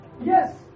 Yes